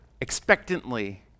expectantly